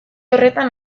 horretan